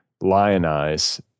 lionize